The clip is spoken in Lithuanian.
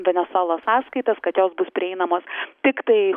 venesuelos sąskaitas kad jos bus prieinamos tiktai